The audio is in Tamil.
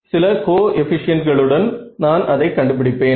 சில கோஎபிஷியன்ட்களுடன் நான் அதை கண்டு பிடிப்பேன்